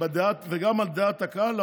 וגם על דעת הקהל,